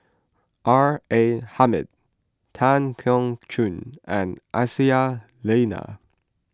R A Hamid Tan Keong Choon and Aisyah Lyana